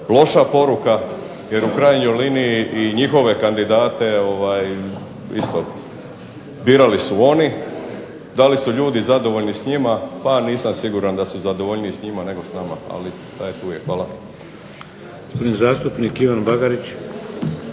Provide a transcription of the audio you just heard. loša poruka jer u krajnjoj liniji i njihove kandidate isto birali su oni. Da li su ljudi zadovoljni s njima, pa nisam siguran da su zadovoljniji s njima nego s nama, ali šta je tu je. Hvala.